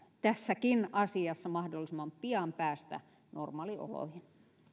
tässäkin asiassa mahdollisimman pian päästä normaalioloihin